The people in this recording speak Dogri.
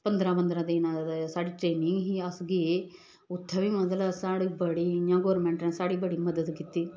पंदरां पंदरां दिनें साढ़ी ट्रेनिंग ही अस गे उत्थै बी मतलब साढ़ी बड़ी इ'यां गौरमेंट ने साढ़ी बड़ी मदद कीती